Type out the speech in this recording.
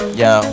yo